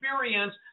experience